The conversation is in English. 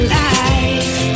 life